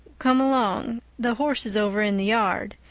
come along. the horse is over in the yard.